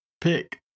pick